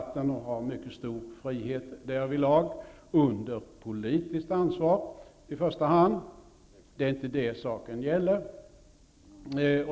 Därvidlag har de mycket stor frihet under i första hand politiskt ansvar. Det är inte det som saken gäller.